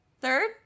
third